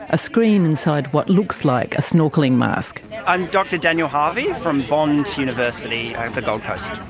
a screen inside what looks like a snorkelling mask. i'm dr daniel harvie from bond university on the gold coast.